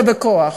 ובכוח.